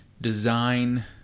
design